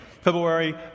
February